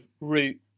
Root